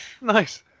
Nice